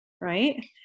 right